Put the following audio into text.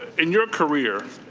in your career,